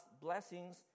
blessings